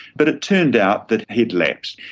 but it turned out that he'd lapsed.